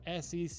SEC